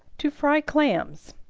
to fry clams.